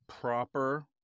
Proper